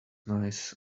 nice